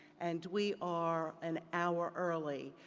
and we are an hour early.